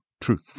truth